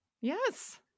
Yes